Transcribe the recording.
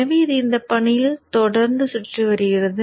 எனவே இது இந்த பாணியில் தொடர்ந்து சுற்றி வருகிறது